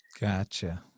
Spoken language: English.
Gotcha